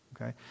Okay